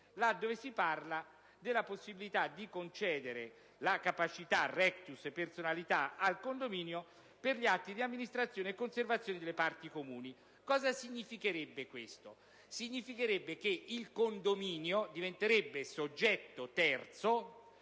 dove si parla della possibilità di concedere la capacità e, *rectius*, la personalità al condominio per gli atti di amministrazione e conservazione delle parti comuni. Ciò significherebbe che il condominio diventerebbe soggetto terzo